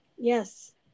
yes